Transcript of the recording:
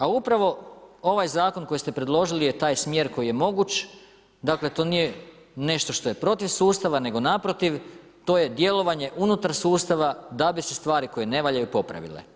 A upravo ovaj zakon koji ste predložili je taj smjer koji je moguć, dakle to nije nešto što je protiv sustava, nego naprotiv, to je djelovanje unutar sustava da bi se stvari koje ne valjaju popravile.